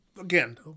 again